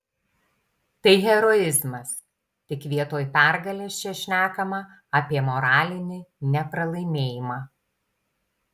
tai heroizmas tik vietoj pergalės čia šnekama apie moralinį nepralaimėjimą